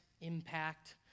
impact